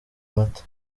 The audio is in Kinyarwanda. amata